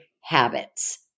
habits